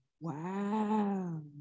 Wow